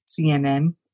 CNN